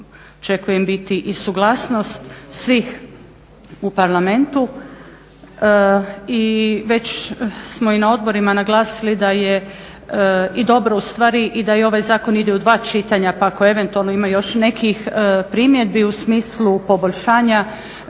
očekujem biti i suglasnost svih u Parlamentu i već smo i na odborima naglasili da je i dobro u stvari i da i ovaj zakon ide u dva čitanja, pa ako eventualno ima još nekih primjedbi u smislu poboljšanja